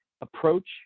approach